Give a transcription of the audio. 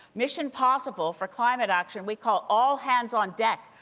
mission possible for climate action. we call all hands on deck.